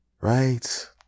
Right